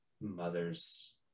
mother's